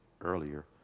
earlier